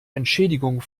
entschädigung